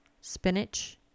spinach